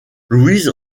louise